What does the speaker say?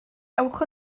ewch